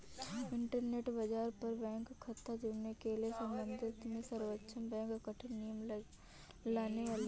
internet बाज़ार पर bank खता जुड़ने के सम्बन्ध में सर्वोच्च बैंक कठिन नियम लाने वाली है